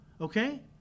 okay